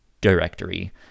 directory